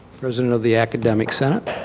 president of the academic senate.